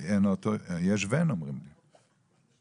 אני רק יכול להגיד שמי שמקבל 35% אמור לקבל החזרי